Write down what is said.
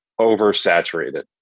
oversaturated